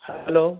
hello